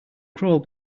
crawl